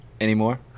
anymore